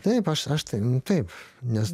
taip aš aš tai nu taip nes